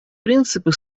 принципы